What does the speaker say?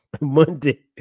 Monday